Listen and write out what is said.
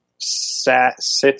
sits